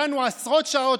דנו עשרות שעות,